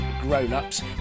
grown-ups